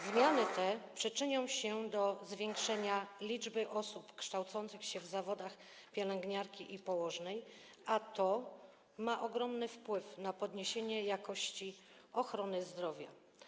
Zmiany te przyczynią się do zwiększenia liczby osób kształcących się w zawodach pielęgniarki i położnej, a to ma ogromny wpływ na podniesienie jakości ochrony zdrowia.